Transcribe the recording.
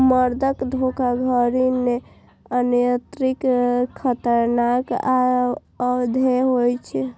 बंधक धोखाधड़ी अनैतिक, खतरनाक आ अवैध होइ छै